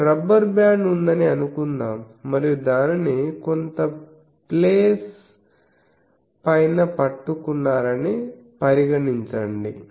మీకు rubber band ఉందని అనుకుందాం మరియు దానిని కొంత ప్లేస్ పైన పట్టుకున్నారని పరిగణించండి